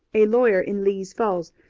a lawyer in lee's falls,